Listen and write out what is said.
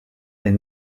est